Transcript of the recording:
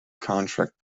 contract